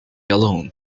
alone